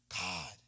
God